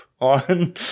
on